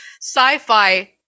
sci-fi